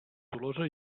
tolosa